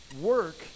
Work